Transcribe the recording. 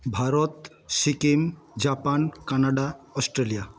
Bharat Sikkim Japan Canada Australia